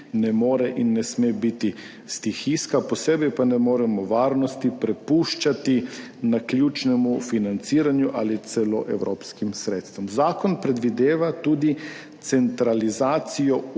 ne more in ne sme biti stihijska. Posebej pa ne moremo varnosti prepuščati naključnemu financiranju ali celo evropskim sredstvom. Zakon predvideva tudi centralizacijo upravljanja